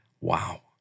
Wow